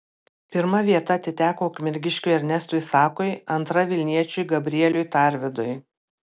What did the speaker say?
pirma vieta atiteko ukmergiškiui ernestui sakui antra vilniečiui gabrieliui tarvidui